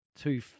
two